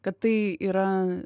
kad tai yra